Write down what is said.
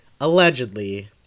allegedly